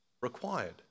required